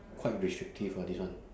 quite restrictive ah this one